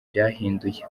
byahinduye